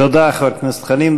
תודה, חבר הכנסת חנין.